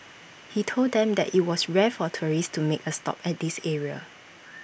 he told them that IT was rare for tourists to make A stop at this area